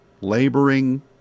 laboring